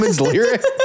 lyrics